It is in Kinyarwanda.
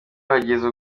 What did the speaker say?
bagize